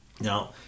Now